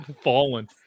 fallen